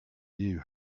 you